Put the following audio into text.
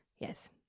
Yes